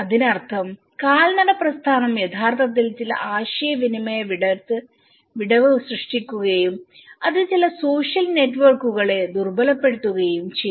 ഇതിനർത്ഥം കാൽനട പ്രസ്ഥാനം യഥാർത്ഥത്തിൽ ചില ആശയവിനിമയ വിടവ് സൃഷ്ടിക്കുകയും അത് ചില സോഷ്യൽ നെറ്റ്വർക്കുകളെ ദുർബലപ്പെടുത്തുകയും ചെയ്തു